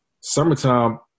Summertime